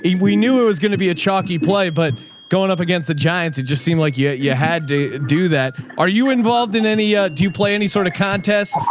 and we knew it was going to be a chalky play, but going up against the giants, it just seemed like yeah you had to do that. are you involved in any, ah do you play any sort of contests?